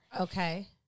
Okay